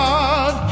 God